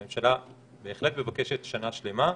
הממשלה, בהחלט, מבקשת שנה שלמה.